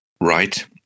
Right